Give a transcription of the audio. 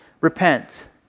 repent